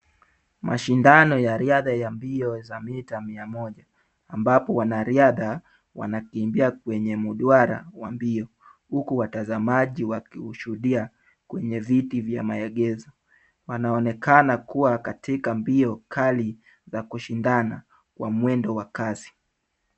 Mashindano ya riadha ya mbio za mita mia moja ambapo wanariadha wanakimbia kwenye mduara wa mbio, huku watazamaji wakishuhudia kwenye viti vya maegezo. Wanaonekana kuwa katika mbio kali na kushindana kwa mwendo wa kasi.